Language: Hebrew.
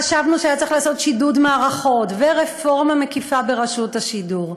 חשבנו שהיה צריך לעשות שידוד מערכות ורפורמה מקיפה ברשות השידור,